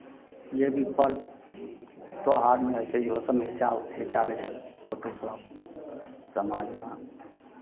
जे भी पर्व त्योहारमे होइ छै इहो सभमे घिचाउ घिचा लै छै फोटोसभ समाजमे